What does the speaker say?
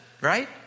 right